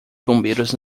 bombeiros